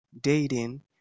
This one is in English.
dating